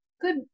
good